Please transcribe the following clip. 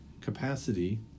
capacity